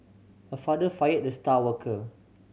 my father fired the star worker